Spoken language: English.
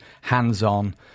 hands-on